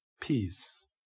peace